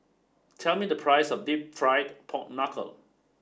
tell me the price of Deep Fried Pork Knuckle